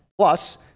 Plus